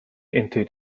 into